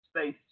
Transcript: Space